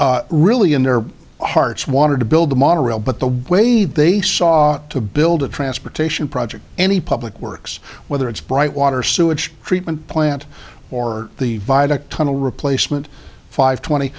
people really in their hearts wanted to build a monorail but the way they saw to build a transportation project any public works whether it's bright water sewage treatment plant or the viaduct tunnel replacement five twenty